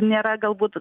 nėra galbūt